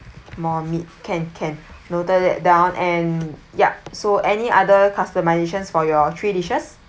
more meat can can noted that down and ya so any other customizations for your three dishes